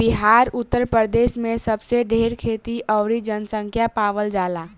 बिहार उतर प्रदेश मे सबसे ढेर खेती अउरी जनसँख्या पावल जाला